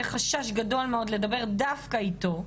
יהיה חשש גדול מאוד לדבר דווקא איתו,